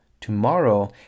tomorrow